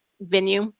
venue